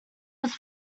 was